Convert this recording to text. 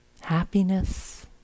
happiness